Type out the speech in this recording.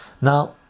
Now